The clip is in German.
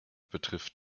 betrifft